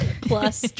plus